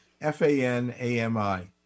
F-A-N-A-M-I